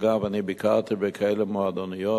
אגב, אני ביקרתי בכאלה מועדוניות.